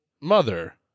Mother